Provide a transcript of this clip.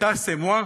L'Etat c'est moi.